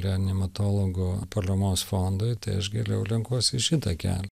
reanimatologų paramos fondui tai aš geriau renkuosi šitą kelią